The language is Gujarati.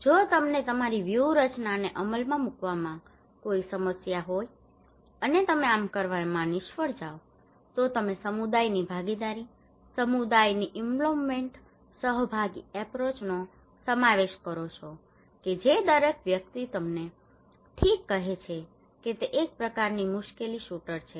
જો તમને તમારી વ્યૂહરચનાને અમલમાં મૂકવામાં કોઈ સમસ્યા હોય અને તમે આમ કરવામાં નિષ્ફળ જાઓ છો તો તમે સમુદાયની ભાગીદારી સમુદાયની ઇન્વોલ્વમેન્ટ સહભાગી એપ્રોચનો સમાવેશ કરો છો કે જે દરેક વ્યક્તિ તમને ઠીક કહે છે કે તે એક પ્રકારની મુશ્કેલી શૂટર છે